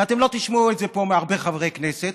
ואתם לא תשמעו את זה פה מהרבה חברי כנסת,